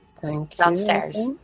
Downstairs